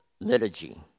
liturgy